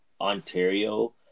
Ontario